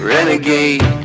Renegade